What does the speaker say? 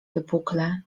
wypukle